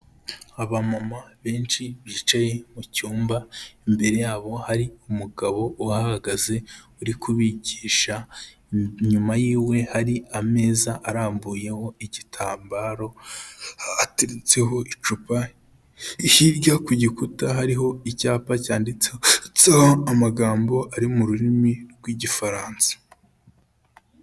Abamama benshi bicaye mu cyumba, imbere yabo hari umugabo uhagaze uri kubigisha, inyuma y'iwe hari ameza arambuyemo igitambaro ateretseho icupa, hirya ku gikuta hariho icyapa cyanditseho amagambo ari mu rurimi rw'Igifaransa.